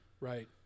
Right